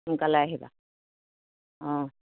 সোনকালে আহিবা অঁ